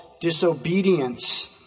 disobedience